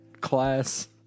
class